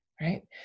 right